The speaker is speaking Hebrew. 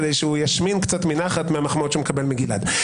כדי שהוא ישמין קצת מנחת מהמחמאות שהוא מקבל מגלעד.